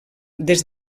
des